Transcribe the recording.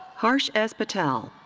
harsh s. patel.